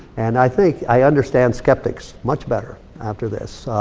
and i think i understand skeptics much better after this.